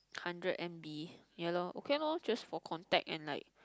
hundred m_b ya lor okay lor just for contact and like